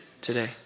today